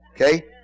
Okay